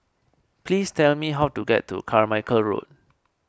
please tell me how to get to Carmichael Road